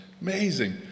Amazing